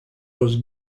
was